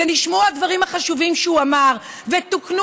נשמעו הדברים החשובים שהוא אמר ותוקנו